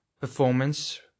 performance